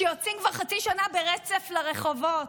שיוצאים כבר חצי שנה ברצף לרחובות,